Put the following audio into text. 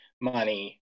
money